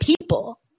people